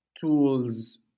tools